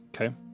Okay